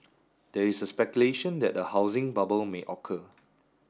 there is a speculation that a housing bubble may occur